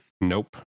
Nope